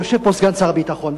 ויושב פה סגן שר הביטחון,